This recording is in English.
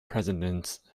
presidents